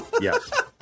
Yes